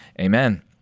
amen